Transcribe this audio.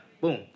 boom